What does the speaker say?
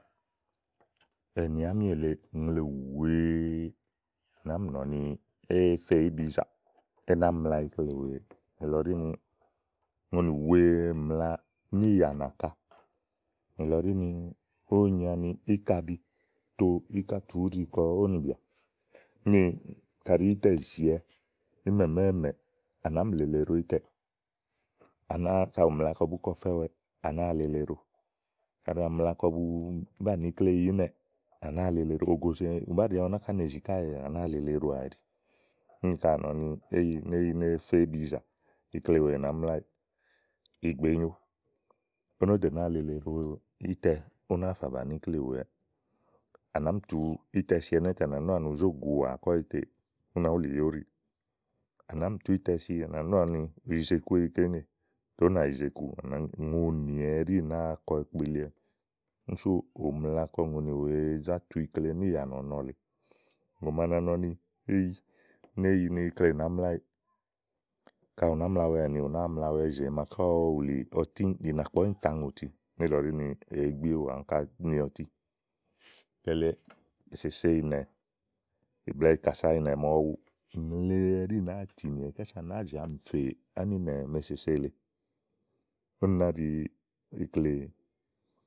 èni àámi èle, ùŋle wèe nàáá mi nɔ̀ɔ ni èéè fe íbizàà é ná mla ikle wèeè nìlɔ ɖi ni ùŋonì wèe mlàa níì yà nàka. nìlɔ ɖi ni ówò òó nyi ani íkabi to íkàtù úɖì kɔ ówò nì bìà. úni kàɖi ítɛ zìiwɛ ímɛ̀mɛ̀ɛ́mɛ à nàáá ni lèele íɖo ítɛɛ, à náa kaɖi à mla kɔ bú ke ɔfɛ́ ɔwɛ, à nàáa lele iɖo kaɖi à mla kɔ bù banìi ikleéyi ínɛ̀ɛ̀, à nàáa lele iɖo, ògòzè ɔwɔ ɖi, ù bàá ɖi ɔwɛ náka nèzì ɛɖí káèè, à nàáa lele iɖoà ɛɖí úni kàɖi à nɔ ni éyi ni éyi ìífe íbizàà ikle wèe nàá mlaéyiì. ìgbè nyòo ó nó ɖo nàáa lele iɖo ítɛ ú náa fà bàni ikle wèe ɔwɛɛ̀à nàá mi tùu ítɛ si ɛnɛ́ tè à nà nɔ̀à ní uzó gùu ùwà àwa kɔéyi ètè ú nàá wulì yè úɖìì. à nàáá mi tùu ítɛ si tè à nànɔà ni u yize ikuéyi ké ŋèè, tè ú nà yize iku à nàá ŋeè. ùŋonì ɛɖí nàáa kɔ ekpeliwɛ úni súù, ú mla kɔ ùŋonì wèe zá tu ikle níì yà nɔ̀nɔ lèe. ùŋò màa na nɔ ni éyi ni ikle nàá mlaéyi. kayi ù nàá mlawɛ ɛ̀mi, ù nàáa mlawɛ ìzè màaké ɔwɔ wùlì ɔtí, ìnàkpɔ̀ íìntã ŋòti níìlɔ ɖi ni èé gbi éwu àá áŋka ni ɔtí, kele èsèse ìnɛ̀ ìkàsa ìnɛ̀ màa ɔwɔ wu ùŋle ɛɖí nàáa tìnìwɛ̀ kása à náa zi ami fè áninɛ màa èsèse lèe. úni ná ɖi íklee.